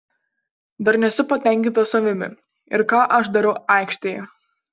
dar nesu patenkintas savimi ir ką aš darau aikštėje